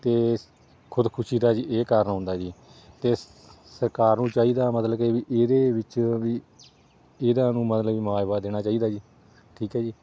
ਅਤੇ ਖੁਦਕੁਸ਼ੀ ਦਾ ਜੀ ਇਹ ਕਾਰਣ ਹੁੰਦਾ ਜੀ ਅਤੇ ਸ ਸਰਕਾਰ ਨੂੰ ਚਾਹੀਦਾ ਮਤਲਬ ਕੇ ਵੀ ਇਹਦੇ ਵਿੱਚ ਵੀ ਇਹਨਾਂ ਨੂੰ ਮਤਲਬ ਮੁਆਵਜ਼ਾ ਦੇਣਾ ਚਾਹੀਦਾ ਜੀ ਠੀਕ ਹੈ ਜੀ